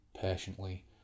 Patiently